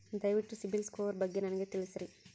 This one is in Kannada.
ದಯವಿಟ್ಟು ಸಿಬಿಲ್ ಸ್ಕೋರ್ ಬಗ್ಗೆ ನನಗ ತಿಳಸರಿ?